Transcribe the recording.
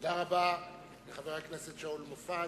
תודה רבה לחבר הכנסת שאול מופז.